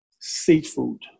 seafood